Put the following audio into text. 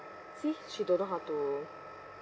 see she don't know how to